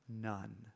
none